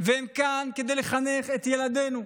והן כאן כדי לחנך את ילדינו.